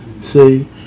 See